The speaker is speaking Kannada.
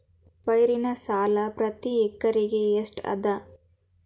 ಪೈರಿನ ಸಾಲಾ ಪ್ರತಿ ಎಕರೆಗೆ ಎಷ್ಟ ಅದ?